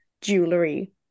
jewelry